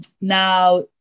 now